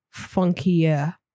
funkier